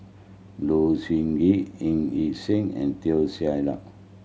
Low Siew Nghee Ng Yi Sheng and Teo Ser Luck